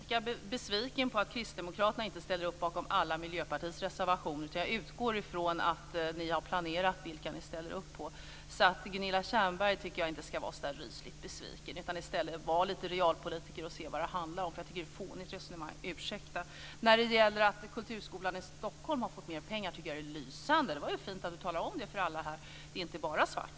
Herr talman! Jag är inte lika besviken på att kristdemokraterna inte ställer upp bakom alla Miljöpartiets reservationer. Jag utgår från att ni har planerat vilka ni ställer upp på. Jag tycker inte att Gunilla Tjernberg ska vara så rysligt besviken, var lite realpolitiker i stället och se vad det handlar om! Jag tycker att det är ett fånigt resonemang. Ursäkta! Att kulturskolan i Stockholm har fått mer pengar tycker jag är lysande. Det var fint att Gunilla Tjernberg talade om det för alla här. Det är inte bara svart.